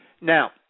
Now